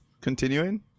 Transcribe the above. Continuing